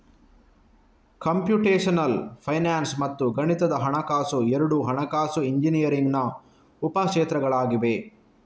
computational finance ಮತ್ತು ಗಣಿತದ ಹಣಕಾಸು ಎರಡೂ ಹಣಕಾಸು ಇಂಜಿನಿಯರಿಂಗಿನ ಉಪ ಕ್ಷೇತ್ರಗಳಾಗಿವೆ